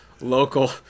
local